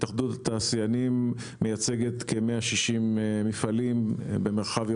התאחדות התעשיינים מייצגת כ-160 מפעלים במרחב ירושלים,